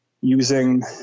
using